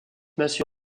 massue